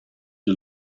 you